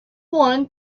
one